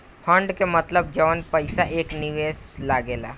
fund के मतलब जवन पईसा एक निवेशक में लागेला